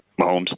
Mahomes